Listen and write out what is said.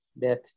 death